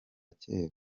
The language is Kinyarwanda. kera